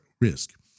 risk